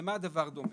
למה הדבר דומה?